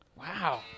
Wow